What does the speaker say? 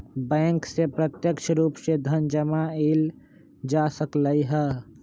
bank से प्रत्यक्ष रूप से धन जमा एइल जा सकलई ह